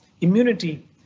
immunity